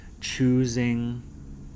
choosing